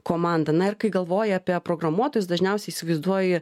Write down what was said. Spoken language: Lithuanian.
komandą na ir kai galvoji apie programuotojus dažniausiai įsivaizduoji